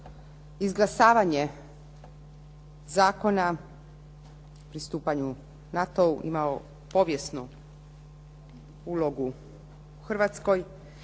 izglasavanje Zakona o pristupanju NATO-u imao povijesnu ulogu u Hrvatskoj,